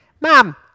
Mom